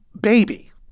baby